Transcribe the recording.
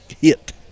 hit